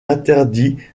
interdits